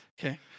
Okay